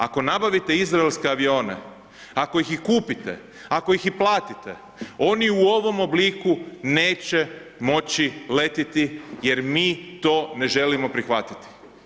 Ako nabavite izraelske avione, ako ih i kupite, ako ih i platite, oni u ovom obliku neće moći letjeti jer mi to ne želimo prihvatiti.